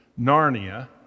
Narnia